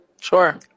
sure